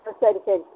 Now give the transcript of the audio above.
ம் சரி சரி